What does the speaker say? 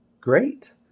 great